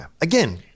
again